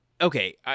Okay